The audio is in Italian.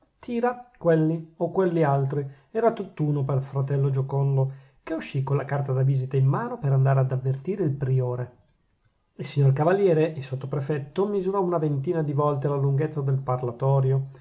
tira quelli o quelli altri era tutt'uno pel fratello giocondo che uscì con la carta di visita in mano per andare ad avvertire il priore il signor cavaliere e sottoprefetto misurò una ventina di volte la lunghezza del parlatorio